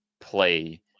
play